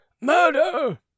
Murder